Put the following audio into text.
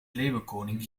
leeuwenkoning